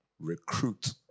recruit